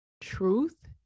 truth